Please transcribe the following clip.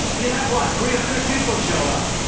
you'd have, what, three hundred people show up.